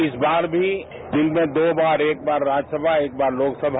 इस बार मी दिन में दो बार एक बार राज्यसभा एक बार लोकसभा